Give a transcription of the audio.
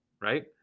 right